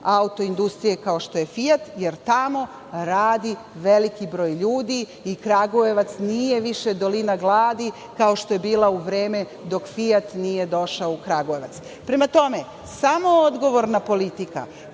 autoindustrije kao što je Fijat, jer tamo radi veliki broj ljudi. Kragujevac više nije dolina gladi, kao što je bila u vreme dok Fijat nije došao u Kragujevac. Prema tome, samo odgovorna politika